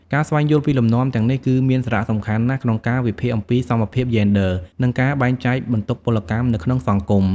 ការស្វែងយល់ពីលំនាំទាំងនេះ គឺមានសារៈសំខាន់ណាស់ក្នុងការវិភាគអំពីសមភាពយេនឌ័រ និងការបែងចែកបន្ទុកពលកម្មនៅក្នុងសង្គម។